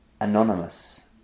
Anonymous